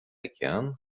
океан